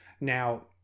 Now